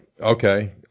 Okay